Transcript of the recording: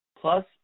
plus